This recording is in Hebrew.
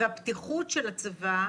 והפתיחות של הצבא